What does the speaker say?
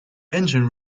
engine